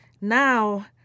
Now